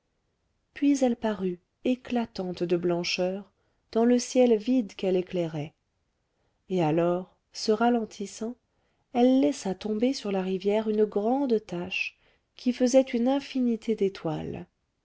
puis elle parut éclatante de blancheur dans le ciel vide qu'elle éclairait et alors se ralentissant elle laissa tomber sur la rivière une grande tache qui faisait une infinité d'étoiles